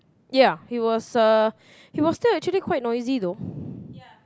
ya he was uh he was still actually quite noisy though